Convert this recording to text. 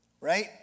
right